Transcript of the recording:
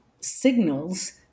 signals